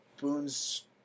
Boone's